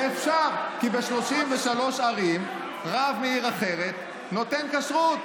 שאפשר, כי ב-33 ערים רב מעיר אחרת נותן כשרות.